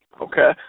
Okay